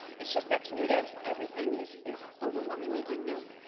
it's just that to new devs, everything is is overwhelmingly unknown,